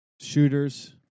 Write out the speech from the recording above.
Shooters